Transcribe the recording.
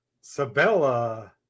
Sabella